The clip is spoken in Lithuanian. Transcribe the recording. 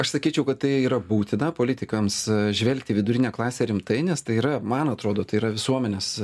aš sakyčiau kad tai yra būtina politikams žvelgt į vidurinę klasę rimtai nes tai yra man atrodo tai yra visuomenės